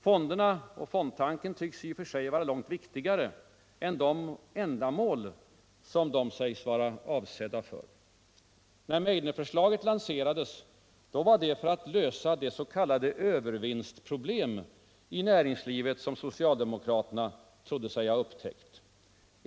Fonderna och fondtanken tycks i sig vara långt viktigare än de ändamål som de sägs vara avsedda för. När Meidnerförslaget lanserades, var det för att lösa det s.k. övervinstproblem i näringslivet som socialdemokraterna trodde sig ha upptäckt.